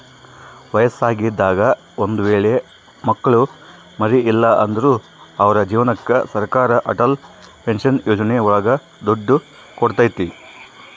ವಯಸ್ಸಾಗಿದಾಗ ಒಂದ್ ವೇಳೆ ಮಕ್ಳು ಮರಿ ಇಲ್ಲ ಅಂದ್ರು ಅವ್ರ ಜೀವನಕ್ಕೆ ಸರಕಾರ ಅಟಲ್ ಪೆನ್ಶನ್ ಯೋಜನೆ ಒಳಗ ದುಡ್ಡು ಕೊಡ್ತೈತಿ